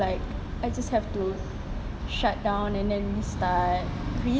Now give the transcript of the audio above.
like I just have to shut down and then restart